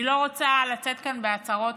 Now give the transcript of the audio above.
אני לא רוצה לצאת כאן בהצהרות,